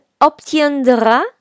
obtiendra